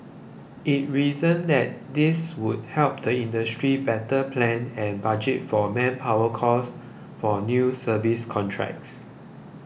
it reasoned that this would helped the industry better plan and budget for manpower costs for new service contracts